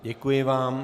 Děkuji vám.